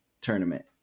tournament